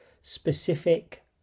specific